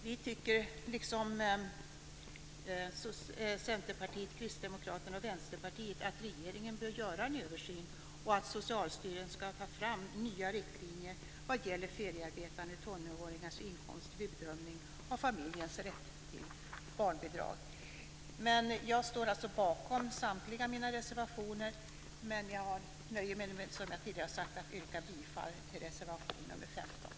Vi tycker, liksom Centerpartiet, Kristdemokraterna och Vänsterpartiet, att regeringen bör göra en översyn och att Socialstyrelsen ska ta fram nya riktlinjer vad gäller feriearbetande tonåringars inkomster vid bedömning av familjens rätt till socialbidrag. Jag står alltså bakom samtliga mina reservationer, men jag nöjer mig, som jag tidigare har sagt, med att yrka bifall till reservation nr 15.